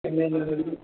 ਕਿੰਨੇ ਜਣੇ ਜੀ